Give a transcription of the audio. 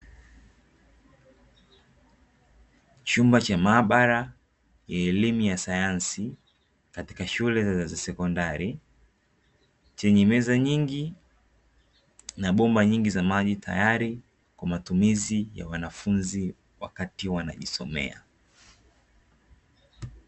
Chumba cha maabara ya elimu ya sayansi katika shule za sekondari, chenye meza nyingi na bomba nyingi za maji, tayari kwa matumizi ya wanafunzi wakati wanajisomea.